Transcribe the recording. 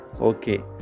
Okay